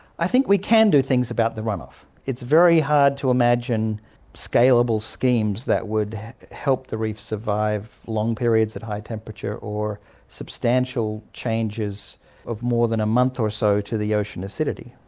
i think we can do things about the runoff. it's very hard to imagine scalable schemes that would help the reef survive long periods at high temperature or substantial changes of more than a month or so to the ocean acidity.